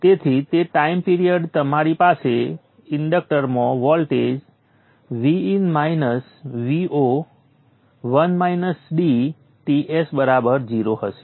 તેથી તે time period તમારી પાસે ઇન્ડક્ટરમાં વોલ્ટેજ Vin - Vo Ts 0 હશે